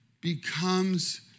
becomes